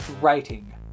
writing